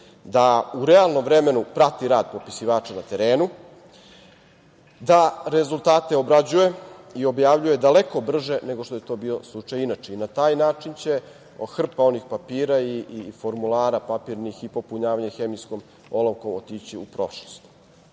da u realnom vremenu prati rad popisivača na terenu, da rezultate obrađuje i objavljuje daleko brže nego što je to bio slučaj inače. Na taj način će hrpa onih papira i formulara papirnih, i popunjavanje hemijskom olovkom otići u prošlost. Još